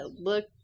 look